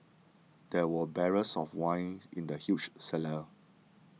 there were barrels of wine in the huge cellar